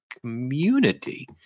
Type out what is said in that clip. community